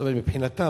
מבחינתם,